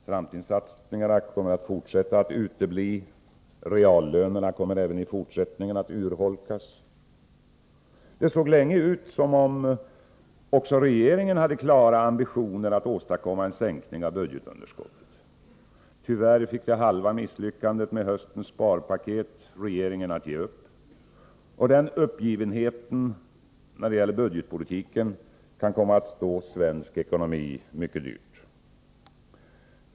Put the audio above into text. Framtidssatsningarna kommer att fortsätta att utebli. Reallönerna kommer även i fortsättningen att urholkas. Det såg länge ut som om också regeringen hade klara ambitioner att åstadkomma en sänkning av budgetunderskottet. Tyvärr fick det halva misslyckandet med höstens sparpaket regeringen att ge upp. Denna uppgivenhet när det gäller budgetpolitiken kan komma att stå svensk ekonomi mycket dyrt.